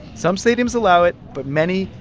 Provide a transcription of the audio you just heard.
some stadiums allow it, but many,